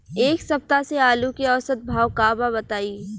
एक सप्ताह से आलू के औसत भाव का बा बताई?